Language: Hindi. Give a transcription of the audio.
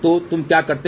तो तुम क्या करते हो